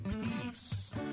peace